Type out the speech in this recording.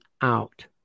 out